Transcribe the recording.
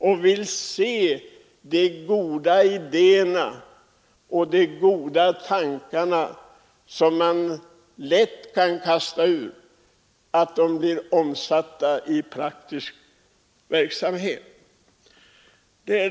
De vill se de goda idéerna och de goda tankarna, som man lätt kastar ur sig, omsatta i praktisk verksamhet.